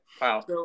wow